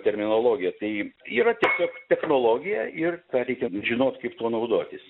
terminologija tai yra tiesiog technologija ir tą reikia žinotkaip tuo naudotis